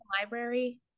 library